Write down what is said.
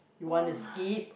you want to skip